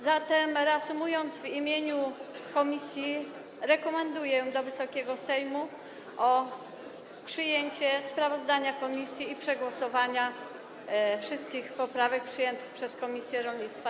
Zatem, reasumując, w imieniu komisji rekomenduję Wysokiemu Sejmowi przyjęcie sprawozdania komisji i przegłosowanie wszystkich poprawek przyjętych przez komisję rolnictwa.